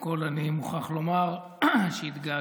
קודם כול, אני מוכרח לומר שהתגעגענו